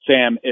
Sam